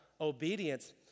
obedience